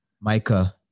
Micah